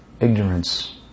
ignorance